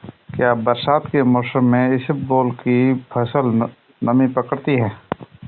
क्या बरसात के मौसम में इसबगोल की फसल नमी पकड़ती है?